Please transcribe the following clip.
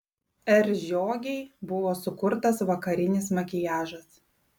r žiogei buvo sukurtas vakarinis makiažas